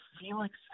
Felix